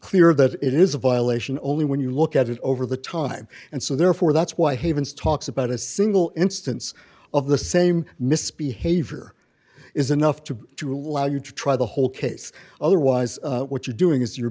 clear that it is a violation only when you look at it over the time and so therefore that's why haven's talks about a single instance of the same misbehavior is enough to to allow you to try the whole case otherwise what you're doing is you're